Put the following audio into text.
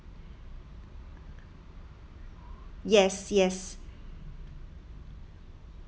yes yes